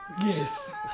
Yes